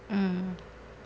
mm